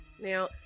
Now